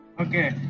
Okay